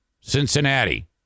Cincinnati